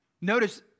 Notice